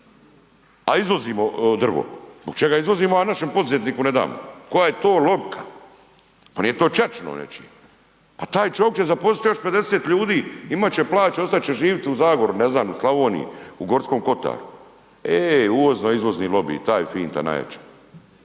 a izvozimo drvo. Zbog čega izvozimo, a našem poduzetniku ne damo? Koja je to logika? Pa nije to ćaćino. Pa taj će opće zaposliti još 50 ljudi imat će plaće, ostat će živjeti u Zagori, ne znam u Slavoniji u Gorskom kotaru. Eee, uvozno izvozni lobi, ta je finta najjača.